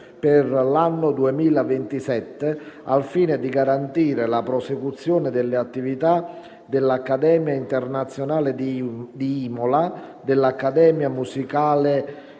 per l'anno 2027 al fine di garantire la prosecuzione delle attività dell'Accademia internazionale di Imola, dell'Accademia musicale